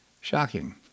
Shocking